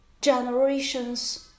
generation's